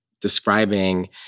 describing